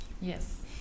Yes